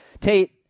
Tate